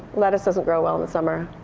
lettuce doesn't grow well in the summer.